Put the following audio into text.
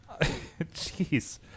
Jeez